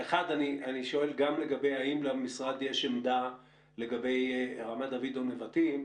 אני שואל אם למשרד יש עמדה לגבי רמת דוד או נבטים,